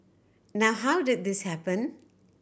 now how did this happen